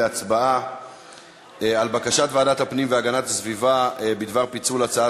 להצביע על בקשת ועדת הפנים והגנת הסביבה בדבר פיצול הצעת